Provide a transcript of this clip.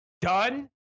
Done